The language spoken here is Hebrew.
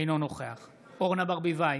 אינו נוכח אופיר אקוניס, אינו נוכח דבי ביטון,